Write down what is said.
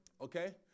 Okay